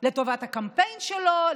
לטובת הקמפיין שלו,